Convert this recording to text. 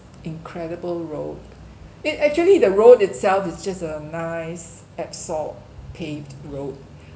incredible road it actually the road itself is just a nice asphalt paved road